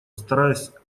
стараясь